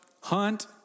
hunt